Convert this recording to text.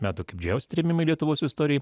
metų kaip didžiausi trėmimai lietuvos istorijoj